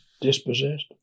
dispossessed